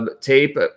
tape